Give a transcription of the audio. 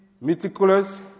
meticulous